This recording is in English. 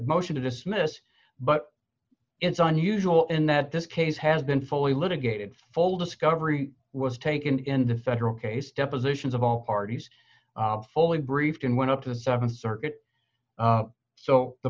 motion to dismiss but it's unusual in that this case has been fully litigated full discovery was taken in the federal case depositions of all parties fully briefed and went up to the th circuit so the